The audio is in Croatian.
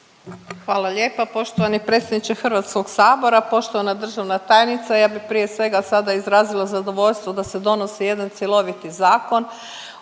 Hvala lijepo poštovani predsjedniče Hrvatskog sabora. Poštovana Državna tajnice. Ja bi prije svega sada izrazila zadovoljstvo da se donosi jedan cjeloviti zakon.